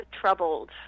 troubled